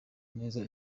neza